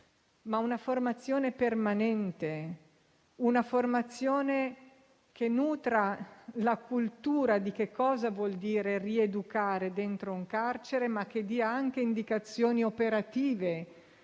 ma una formazione permanente che nutra la cultura di cosa vuol dire rieducare dentro un carcere e che dia anche indicazioni operative